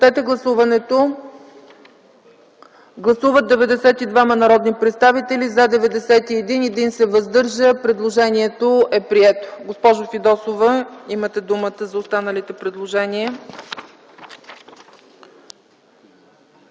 Гласували 92 народни представители: за 91, против няма, въздържал се 1. Предложението е прието. Госпожо Фидосова, имате думата за останалите предложения.